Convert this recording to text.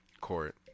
court